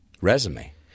resume